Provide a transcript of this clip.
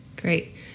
Great